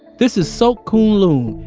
this is sok khoeun loeun.